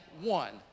one